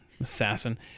assassin